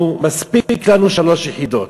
אנחנו, מספיק לנו שלוש יחידות.